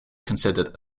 considered